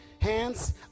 hands